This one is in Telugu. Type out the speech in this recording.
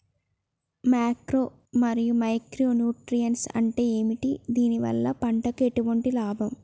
మాక్రో మరియు మైక్రో న్యూట్రియన్స్ అంటే ఏమిటి? దీనివల్ల పంటకు ఎటువంటి లాభం?